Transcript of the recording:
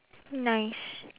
nice